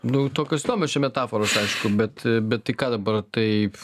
nu tokios įdomios čia metaforos aišku bet bet tai ką dabar taip